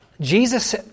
Jesus